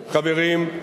חברים,